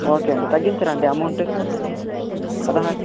okay అండి తగ్గించారా అండి అమౌంటు పదహారు